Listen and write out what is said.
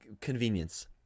convenience